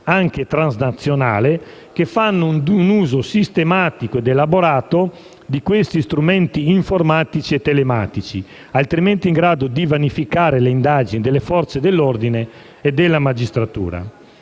anche transnazionale, che fanno un uso sistematico ed elaborato di questi strumenti informatici e telematici, altrimenti in grado di vanificare le indagini delle Forze dell'ordine e della magistratura.